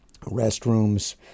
restrooms